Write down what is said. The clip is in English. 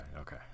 okay